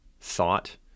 thought